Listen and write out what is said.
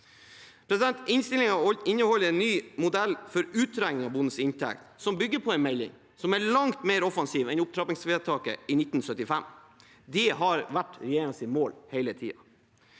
landbruket. Innstillingen inneholder en ny modell for utregning av bondens inntekt som bygger på en melding som er langt mer offensiv enn opptrappingsvedtaket i 1975. Det har vært regjeringens mål hele tiden.